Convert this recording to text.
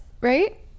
right